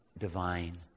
divine